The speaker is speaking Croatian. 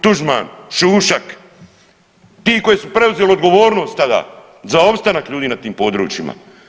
Tuđman, Šušak, ti koji su preuzeli odgovornost tada za opstanak ljudi na tim područjima.